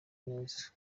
neza